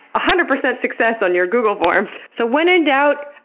hundred percent success on your google forms! so, when in doubt?